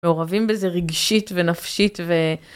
מעורבים בזה רגשית ונפשית ו...